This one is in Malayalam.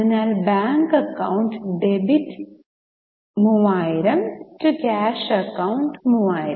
അതിനാൽ bank account debit 3000 to cash account 3000